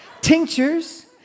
tinctures